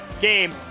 game